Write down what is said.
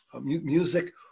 music